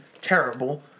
Terrible